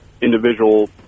individual